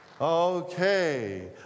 Okay